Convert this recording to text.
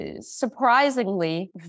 surprisingly